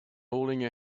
holding